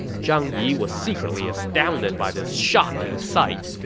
zhang yi was secretly astounded by this shocking sight.